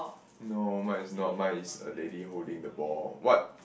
no mine is not mine is a lady holding the ball what